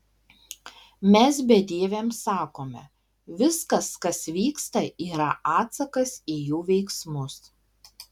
mes bedieviams sakome viskas kas vyksta yra atsakas į jų veiksmus